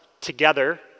together